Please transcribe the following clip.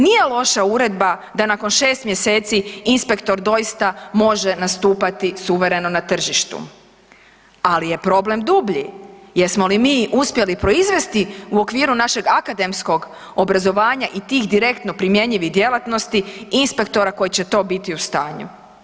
Nije loša uredba da nakon 6 mjeseci inspektor doista može nastupati suvereno na tržištu, ali je problem dublji, jesmo li mi uspjeli proizvesti u okviru našeg akademskog obrazovanja i tih direktno primjenjivih djelatnosti inspektora koji će to biti u stanju?